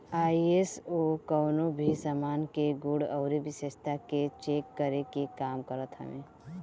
ISO कवनो भी सामान के गुण अउरी विशेषता के चेक करे के काम करत हवे